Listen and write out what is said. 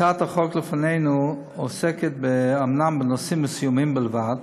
הצעת החוק שלפנינו עוסקת אומנם בנושאים מסוימים בלבד